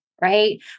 right